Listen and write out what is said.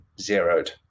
zeroed